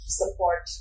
support